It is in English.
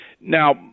Now